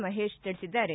ಮಹೇಶ್ ತಿಳಿಸಿದ್ದಾರೆ